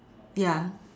ya